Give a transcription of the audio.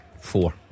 four